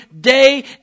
Day